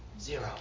Zero